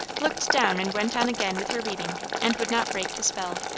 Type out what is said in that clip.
looked down and went on again with her reading and would not break the spell.